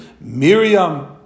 Miriam